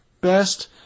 best